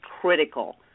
critical